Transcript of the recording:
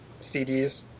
CDs